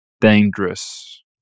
dangerous